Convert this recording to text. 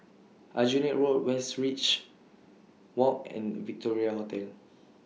Aljunied Road Westridge Walk and Victoria Hotel